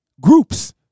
Groups